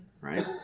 right